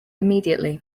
immediately